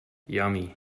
yummy